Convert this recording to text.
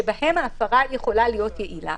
שבהן אכיפת ההפרה יכולה להיות יעילה.